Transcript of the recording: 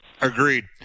Agreed